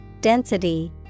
density